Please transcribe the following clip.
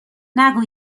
نگو